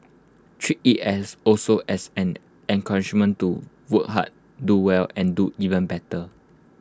treat IT as also as an encouragement to work hard do well and do even better